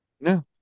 No